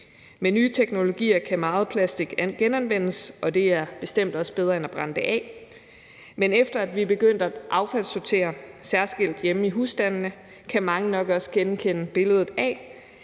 Med nye teknologier kan meget plastik genanvendes, og det er bestemt også bedre end at brænde af, men efter at vi er begyndt at affaldssortere særskilt hjemme i husstandene, kan mange nok også genkende billedet af,